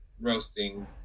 roasting